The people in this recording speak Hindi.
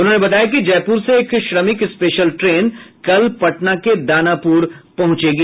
उन्होंने बताया कि जयपुर से एक श्रमिक स्पेशल ट्रेन कल पटना के दानापुर पहुंचेगी